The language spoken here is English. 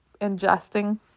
ingesting